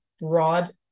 broad